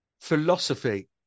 philosophy